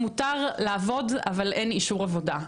מותר לעבוד אבל אין אישור עבודה.